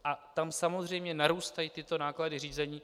A tam samozřejmě narůstají tyto náklady řízení.